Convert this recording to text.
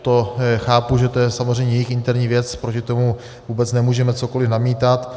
To chápu, že to je samozřejmě jejich interní věc, proti tomu vůbec nemůžeme cokoliv namítat.